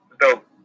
dope